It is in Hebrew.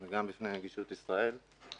גם בפני נגישות ישראל.